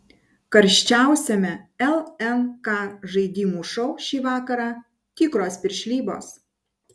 karščiausiame lnk žaidimų šou šį vakarą tikros piršlybos